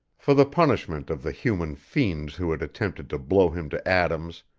for the punishment of the human fiends who had attempted to blow him to atoms,